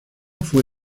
fue